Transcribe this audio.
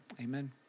Amen